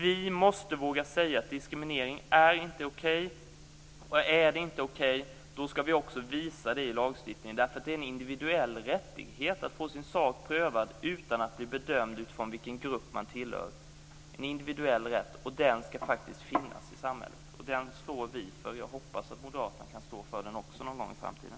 Vi måste våga säga att diskriminering inte är okej. Om den inte är okej skall vi också visa det i lagstiftningen. Det är en individuell rättighet att få sin sak prövad utan att bli bedömd utifrån vilken grupp man tillhör. Denna individuella rätt skall finnas i samhället, och vi står för den. Jag hoppas att också moderaterna kan stå för den någon gång i framtiden.